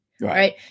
right